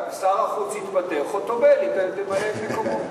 שר החוץ יתפטר, חוטובלי תמלא את מקומו.